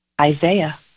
Isaiah